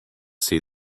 see